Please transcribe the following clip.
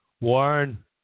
Warren